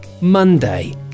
Monday